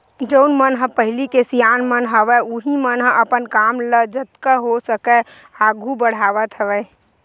जउन मन ह पहिली के सियान मन हवय उहीं मन ह अपन काम ल जतका हो सकय आघू बड़हावत हवय